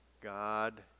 God